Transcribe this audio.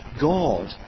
God